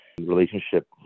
relationship